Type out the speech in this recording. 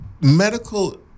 medical